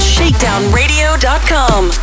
ShakedownRadio.com